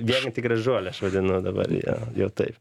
mieganti gražuolė aš vadinu dabar ją jau taip